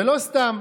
ולא סתם,